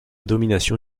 domination